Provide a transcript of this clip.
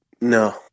no